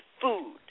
food